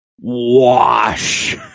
wash